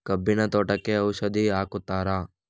ಕಬ್ಬಿನ ತೋಟಕ್ಕೆ ಔಷಧಿ ಹಾಕುತ್ತಾರಾ?